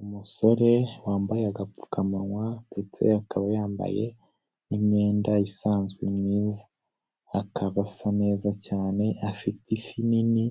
Umusore wambaye agapfukamunwa ndetse akaba yambaye n'imyenda isanzwe myiza, akaba asa neza cyane afite ifi nini